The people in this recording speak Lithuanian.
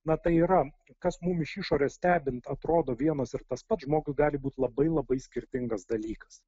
na tai yra kas mum iš išorės stebint atrodo vienas ir tas pats žmogui gali būti labai labai skirtingas dalykas